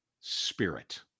spirit